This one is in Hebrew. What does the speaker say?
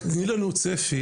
רק תני לנו צפי,